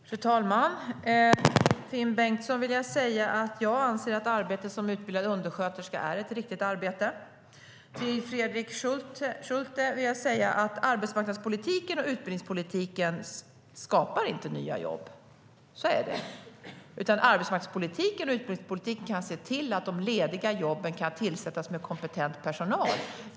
Fru talman! Till Finn Bengtsson vill jag säga att jag anser att arbete som utbildad undersköterska är ett riktigt arbete. Till Fredrik Schulte vill jag säga att arbetsmarknadspolitiken och utbildningspolitiken inte skapar nya jobb; så är det. Men arbetsmarknadspolitiken och utbildningspolitiken kan se till att de lediga jobben med kort varsel kan tillsättas med kompetent personal.